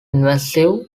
invasive